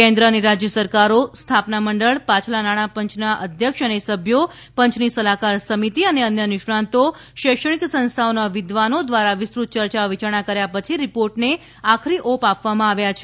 કેન્દ્ર અને રાજ્યસરકારો સ્થાપના મંડળ પાછલા નાણાપંચના અધ્યક્ષ અને સભ્યો પંચની સલાહકાર સમિતિ અને અન્ય નિષ્ણાતો શૈક્ષણિક સંસ્થાઓના વિદ્વાનો દ્વારા વિસ્તૃત ચર્ચા વિચારણા કર્યા પછી રીપોર્ટને આખરી ઓપ આપવામાં આવ્યા છે